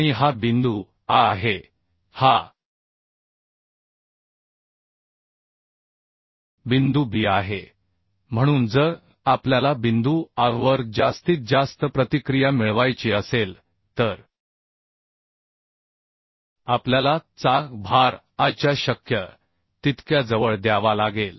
आणि हा बिंदू A आहे हा बिंदू B आहे म्हणून जर आपल्याला बिंदू A वर जास्तीत जास्त प्रतिक्रिया मिळवायची असेल तर आपल्याला चाक भार A च्या शक्य तितक्या जवळ द्यावा लागेल